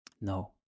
No